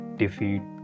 defeat